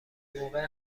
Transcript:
موقع